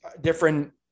different